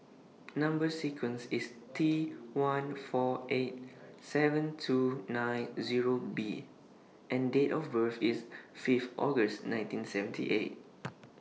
Number sequence IS T one four eight seven two nine Zero B and Date of birth IS Fifth August nineteen seventy eight